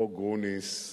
חוק גרוניס,